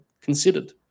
considered